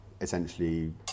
essentially